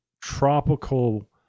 tropical